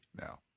now